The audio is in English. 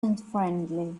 unfriendly